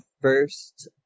first